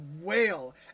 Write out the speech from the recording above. wail